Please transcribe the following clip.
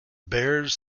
bears